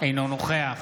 אינו נוכח